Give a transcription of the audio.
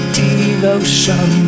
devotion